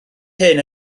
hyn